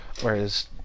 whereas